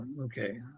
Okay